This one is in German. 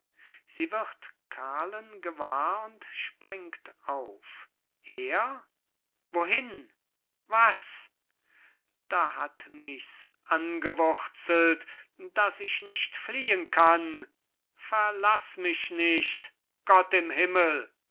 er wohin was da hat mich's angewurzelt daß ich nicht fliehen kann verlaß mich nicht gott im himmel